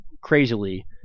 crazily